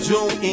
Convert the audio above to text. June